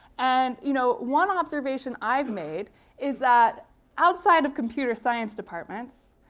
and you know one observation i've made is that outside of computer science departments,